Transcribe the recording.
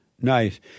Nice